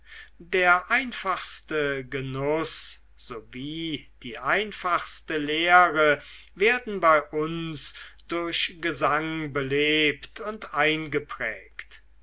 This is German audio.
der einfachste genuß sowie die einfachste lehre werden bei uns durch gesang belebt und eingeprägt